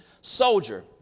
soldier